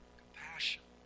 compassion